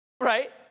right